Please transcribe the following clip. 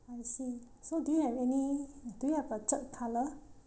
I see so do you have any do you have a third colour